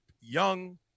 young